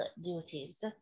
duties